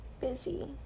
busy